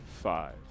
Five